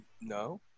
No